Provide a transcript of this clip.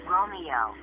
Romeo